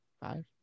five